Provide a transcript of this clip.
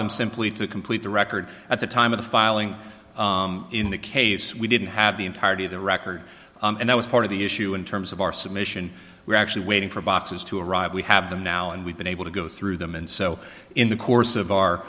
them simply to complete the record at the time of the filing in the case we didn't have the entirety of the record and that was part of the issue in terms of our submission we're actually waiting for boxes to arrive we have them now and we've been able to go through them and so in the course of our